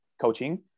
coaching